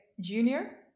junior